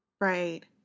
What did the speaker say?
Right